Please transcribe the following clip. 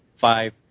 five